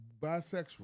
bisexual